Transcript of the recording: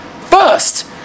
first